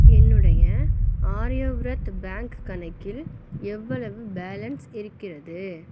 என்னுடைய ஆரியவ்ரத் பேங்க் கணக்கில் எவ்வளவு பேலன்ஸ் இருக்கிறது